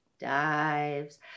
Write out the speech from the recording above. dives